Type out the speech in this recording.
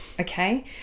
Okay